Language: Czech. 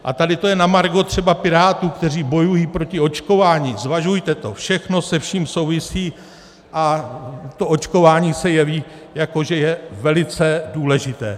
A tady to je na margo třeba Pirátů, kteří bojují proti očkování zvažujte to, to všechno se vším souvisí, a to očkování se jeví, jako že je velice důležité.